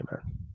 amen